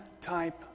type